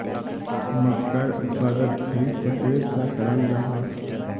मक्कार उत्पादन खरीफ फसलेर सा कराल जाहा